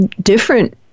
different